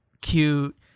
cute